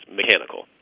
mechanical